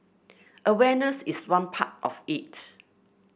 awareness is one part of it